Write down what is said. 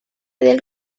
del